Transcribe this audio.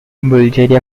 bulgaria